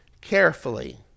carefully